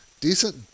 decent